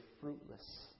fruitless